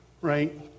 right